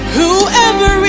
Whoever